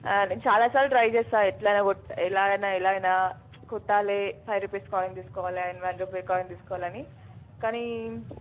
నేను చాలాసార్లు ట్రై చేసాను ఎట్లయినా కొట్టా ఎలా అయినా ఎలా అయినా కొట్టాలి ఫై రుపీస్ కాయిన్ తీసుకోవాలి అండ్ వన్ రూపీ కాయిన్ తీసుకోవాలని కానీ